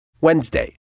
Wednesday